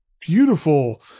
beautiful